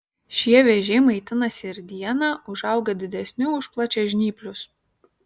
šie vėžiai maitinasi ir dieną užauga didesni už plačiažnyplius